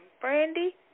Brandy